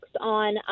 on